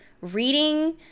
reading